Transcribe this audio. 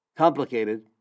complicated